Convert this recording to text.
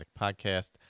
podcast